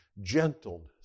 gentleness